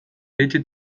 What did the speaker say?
iritzi